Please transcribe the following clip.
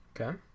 okay